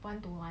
one two one